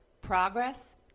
Progress